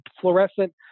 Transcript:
fluorescent